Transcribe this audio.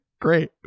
Great